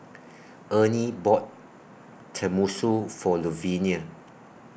Ernie bought Tenmusu For Louvenia